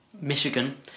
Michigan